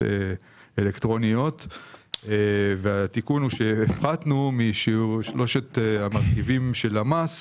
אלקטרוניות שהפחתנו 10% משלושת המרכיבים של המס.